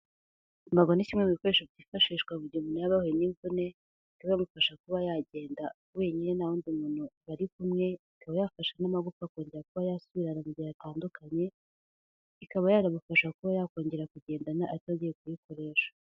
Imbago ni kimwe mu bikoresho byifashishwa uri gihe umuntu yabahu n'imvune ika bifasha kuba yagenda wenyine naho wundi muntu bari kumwe, ikaba yafasha n'amagufa akangera kuba yasubira mu gihe atandukanye, ikaba yanamufasha kuba yakongera kugendana atagiye kuyikoresha.